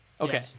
Okay